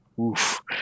Oof